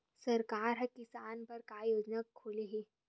सरकार ह किसान बर का योजना खोले हे?